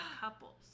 couples